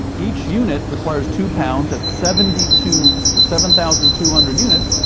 each unit requires two pounds. that's seventy two or seven thousand two hundred units.